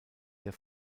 der